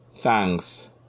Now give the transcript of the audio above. thanks